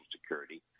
Security